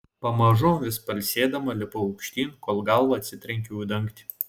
pamažu vis pailsėdama lipau aukštyn kol galva atsitrenkiau į dangtį